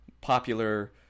popular